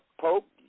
Pope